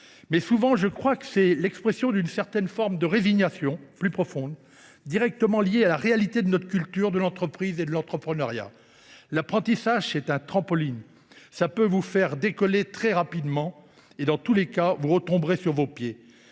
parfois sincère, il est souvent l’expression d’une forme de résignation plus profonde, directement liée à la réalité de notre culture de l’entreprise et de l’entrepreneuriat. L’apprentissage, c’est un trampoline : il peut vous faire décoller très rapidement et, dans tous les cas, vous retomberez sur vos pieds.